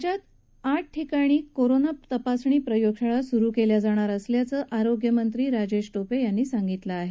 राज्यात आठ ठिकाणी कोरोना तपासणी प्रयोगशाळा सुरू केल्या जाणार असल्याचं आरोग्यमंत्री राजेश टोपे यांनी सांगितलं आहे